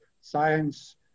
science